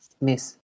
Miss